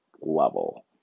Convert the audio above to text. level